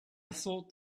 thought